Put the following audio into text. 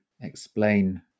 explain